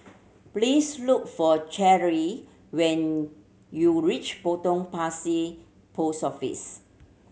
please look for Cherryl when you reach Potong Pasir Post Office